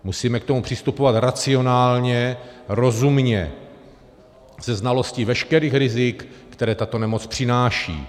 Musíme k tomu přistupovat racionálně, rozumně, se znalostí veškerých rizik, která tato nemoc přináší.